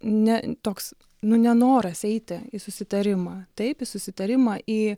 ne toks nu nenoras eiti į susitarimą taip į susitarimą į